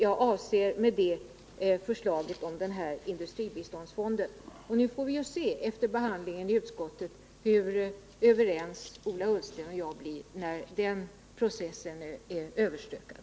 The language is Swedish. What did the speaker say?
Jag avser förslaget om industribiståndsfonden. Efter behandlingen i utskottet får vise hur överens Ola Ullsten och jag kommer att vara när den processen är överstökad.